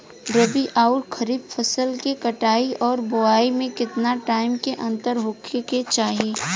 रबी आउर खरीफ फसल के कटाई और बोआई मे केतना टाइम के अंतर होखे के चाही?